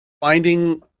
finding